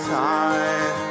time